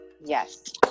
Yes